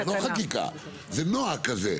זו לא חקיקה, זה נוהג כזה.